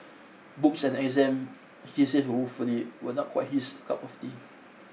books and exam he says ruefully were not quite his cup of tea